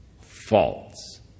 False